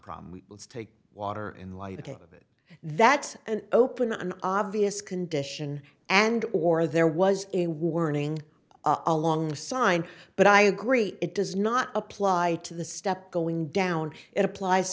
problem let's take water in light of it that's an open an obvious condition and or there was a warning along sign but i agree it does not apply to the step going down it applies